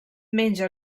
menja